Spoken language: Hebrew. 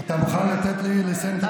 תפסיק, אתה מוכן לתת לי לסיים את הדברים?